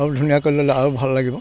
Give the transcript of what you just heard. অলপ ধুনীয়াকৈ ল'লে আৰু ভাল লাগিব